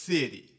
City